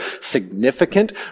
significant